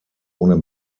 ohne